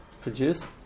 produce